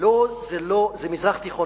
זה אומנם המזרח התיכון,